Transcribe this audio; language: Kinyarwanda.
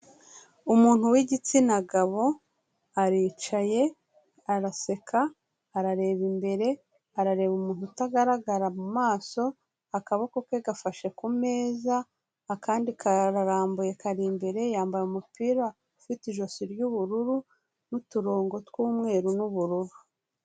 Umuntu w'igitsina gabo, aricaye, araseka, arareba imbere arareba umuntu utagaragara mu maso, akaboko ke gafashe ku meza, akandi kararambuye kari imbere, yambaye umupira ufite ijosi ry'ubururu n'uturongo tw'umweru n'ubururu.